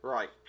Right